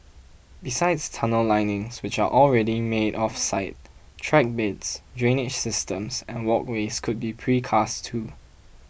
besides tunnel linings which are already made off site track beds drainage systems and walkways could be precast too